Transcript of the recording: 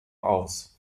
aus